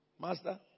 Master